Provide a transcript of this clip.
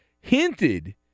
hinted